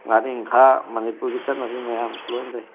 ꯉꯥꯔꯤꯡꯈꯥ ꯃꯅꯤꯄꯨꯔꯒꯤ ꯆꯠꯅꯕꯤ ꯃꯌꯥꯝ ꯂꯣꯏ ꯂꯩ